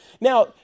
Now